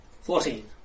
Fourteen